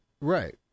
Right